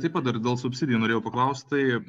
taip pat dar dėl subsidijų norėjau paklaust tai